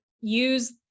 use